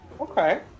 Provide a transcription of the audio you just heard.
Okay